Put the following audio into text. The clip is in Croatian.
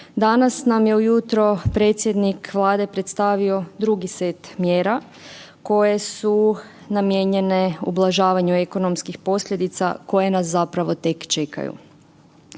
Danas nam je ujutro predsjednik Vlade predstavio drugi set mjera koje su namijenjene ublažavanju ekonomskih posljedica koje nas zapravo tek čekaju.